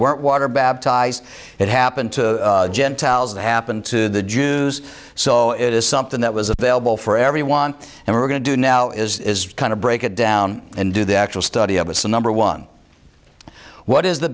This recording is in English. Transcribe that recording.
weren't water baptized it happened to gentiles it happened to the jews so it is something that was available for everyone and we're going to do now is kind of break it down and do the actual study of what's the number one what is the